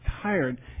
tired